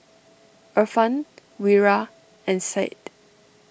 Irfan Wira and Syed